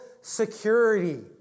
security